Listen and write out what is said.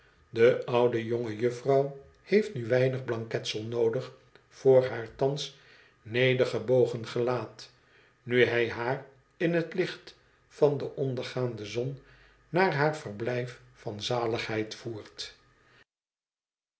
de oude jonge juffrouw heeft nu weinig blanketsel noodig voor haar thans nedergebogen gelaat nu hij haar in het licht der ondergaande zon naar haar verblijf van zaligheid voert